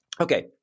Okay